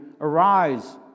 arise